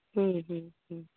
ᱦᱩᱸ ᱦᱩᱸ ᱦᱩᱸ